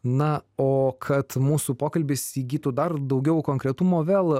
na o kad mūsų pokalbis įgytų dar daugiau konkretumo vėl